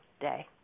day